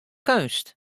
keunst